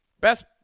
Best